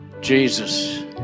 Jesus